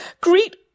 Greet